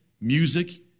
music